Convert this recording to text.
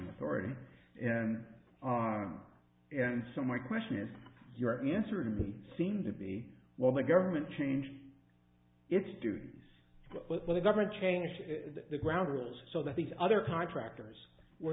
this already and on and so my question is your answer to me seems to be well the government changed its duties but the government changed the ground rules so that these other contractors were